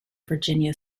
virginia